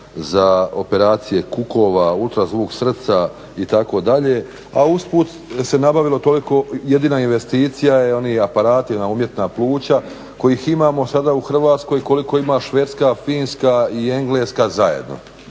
za operacije kukova, ultrazvuk srca itd. a usput se nabavilo toliko, jedina investicija je oni aparati, ona umjetna pluća kojih imamo sada u Hrvatskoj koliko ima Švedska, Finska i Engleska zajedno.